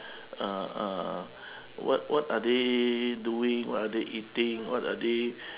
uh uh what what are they doing what are they eating what are they